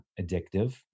addictive